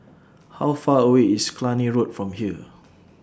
How Far away IS Cluny Road from here